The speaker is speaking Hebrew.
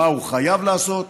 מה הוא חייב לעשות,